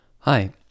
Hi